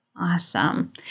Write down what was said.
Awesome